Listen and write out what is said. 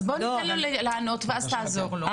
אז בוא ניתן לו לענות ואז תעזור לו,